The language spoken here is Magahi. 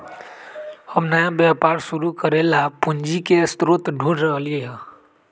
हम नया व्यापार शुरू करे ला पूंजी के स्रोत ढूढ़ रहली है